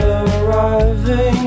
arriving